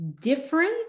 different